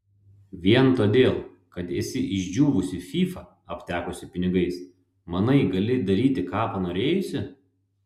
vien todėl kad esi išdžiūvusi fyfa aptekusi pinigais manai gali daryti ką panorėjusi